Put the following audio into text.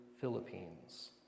Philippines